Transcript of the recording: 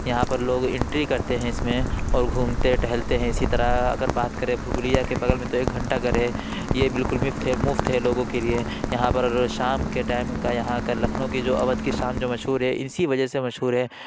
یہاں پر لوگ انٹری کرتے ہیں اس میں اور گھومتے ٹہلتے ہیں اسی طرح اگر بات کریں بھول بھلیاں کے بغل میں تو ایک گھنٹہ گھر ہے یہ بالکل مفت ہے لوگوں کے لیے یہاں پر شام کے ٹائم کا یہاں کا لکھنؤ کی جو اودھ کی شام جو مشہور ہے اسی وجہ سے مشہور ہے